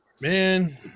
man